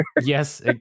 Yes